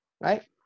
right